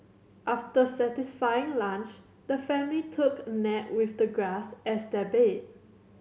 after satisfying lunch the family took a nap with the grass as their bed